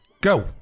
go